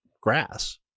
grass